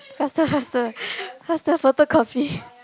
faster faster faster photocopy